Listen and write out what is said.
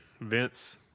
Vince